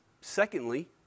Secondly